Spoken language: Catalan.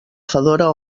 fedora